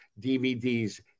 DVDs